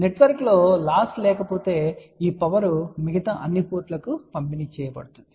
నెట్వర్క్లో లాస్ లేకపోతే ఈ పవర్ మిగతా అన్ని పోర్ట్ లకు పంపిణీ చేయ బడుతుంది